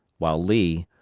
while lee,